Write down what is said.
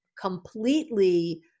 completely